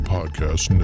Podcast